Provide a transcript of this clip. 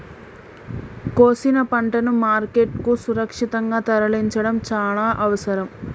కోసిన పంటను మార్కెట్ కు సురక్షితంగా తరలించడం చాల అవసరం